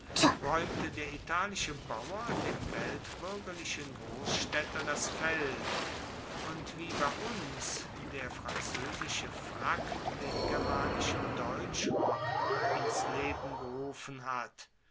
raeumte der italische bauer dem weltbuergerlichen grossstaedter das feld und wie bei uns der franzoesische frack den germanischen deutschrock ins leben gerufen hat